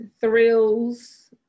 thrills